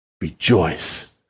rejoice